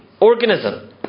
organism